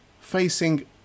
facing